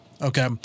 Okay